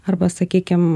arba sakykim